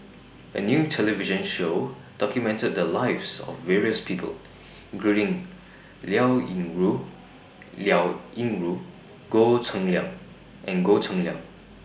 A New television Show documented The Lives of various People including Liao Yingru Liao Yingru and Goh Cheng Liang and Goh Cheng Liang